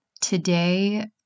Today